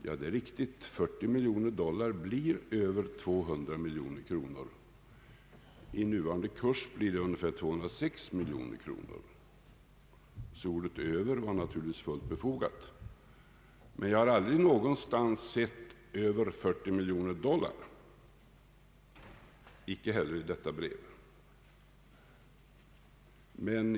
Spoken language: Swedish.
Ja, det är riktigt, 40 milioner dollar blir över 200 miljoner kronor; i nuvarande kurs blir det ungefär 206 miljoner kronor. Ordet »över» var således fullt befogat. Men jag har aldrig någonstans sett »över 40 miljoner dollar» — icke heller i detta brev.